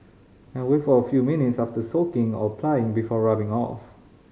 and a few minutes after soaking or applying before rubbing off